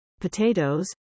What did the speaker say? potatoes